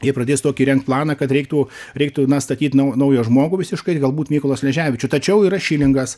jie pradės tokį rengt planą kad reiktų reiktų na statyt nau naują žmogų visiškai galbūt mykolą sleževičių tačiau yra šilingas